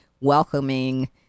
welcoming